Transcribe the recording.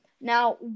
Now